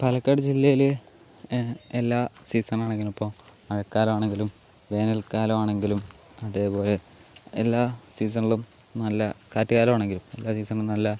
പാലക്കാട് ജില്ലയില് എല്ലാ സീസൺ ആണെങ്കിലും ഇപ്പോൾ മഴക്കാലം ആണെങ്കിലും വേനൽക്കാലം ആണെങ്കിലും അതേപോലെ എല്ലാ സീസണിലും നല്ല കാറ്റ് കാലമാണെങ്കിലും എല്ലാ സീസണിലും നല്ല